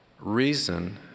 Reason